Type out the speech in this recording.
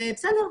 ובסדר,